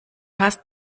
hast